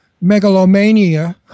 megalomania